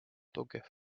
tugev